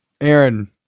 Aaron